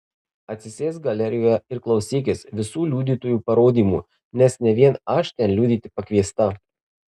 atsisėsk galerijoje ir klausykis visų liudytojų parodymų nes ne vien aš ten liudyti pakviesta